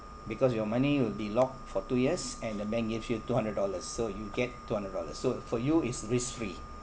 because your money will be locked for two years and the bank gives you two hundred dollars so you get two hundred dollars so for you it's risk free